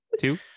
two